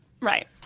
Right